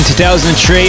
2003